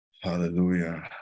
Hallelujah